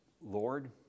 Lord